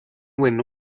when